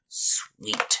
Sweet